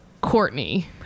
courtney